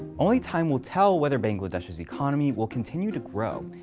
only time will tell whether bangladesh's economy will continue to grow,